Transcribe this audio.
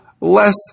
less